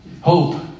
hope